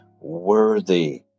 worthy